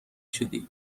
شدی